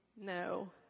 No